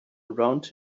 around